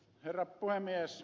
herra puhemies